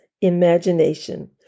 imagination